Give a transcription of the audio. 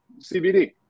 cbd